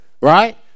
right